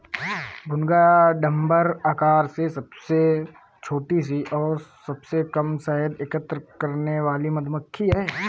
भुनगा या डम्भर आकार में सबसे छोटी और सबसे कम शहद एकत्र करने वाली मधुमक्खी है